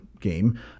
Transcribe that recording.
game